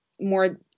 more